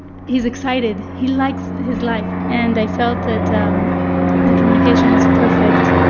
he's excited. he likes his life, and i felt that um the communication is perfect